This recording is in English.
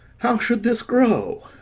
how should this grow?